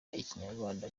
ikinyarwanda